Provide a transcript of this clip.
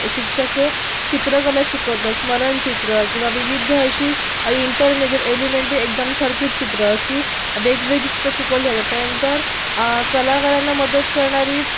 शिक्षक हे चित्रकला शिकवतात स्मरणचित्र किंवा विविध अशी इंटरमिजीएट एलिमेंटरी एक्झामसारखी चित्रं अशी वेगवेगळी चित्रं शिकवली जातात त्याच्यानंतर कलाकारांना मदत करणारी